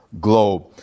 globe